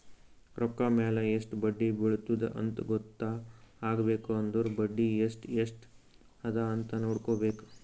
ರೊಕ್ಕಾ ಮ್ಯಾಲ ಎಸ್ಟ್ ಬಡ್ಡಿ ಬಿಳತ್ತುದ ಅಂತ್ ಗೊತ್ತ ಆಗ್ಬೇಕು ಅಂದುರ್ ಬಡ್ಡಿ ಎಸ್ಟ್ ಎಸ್ಟ್ ಅದ ಅಂತ್ ನೊಡ್ಕೋಬೇಕ್